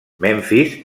memfis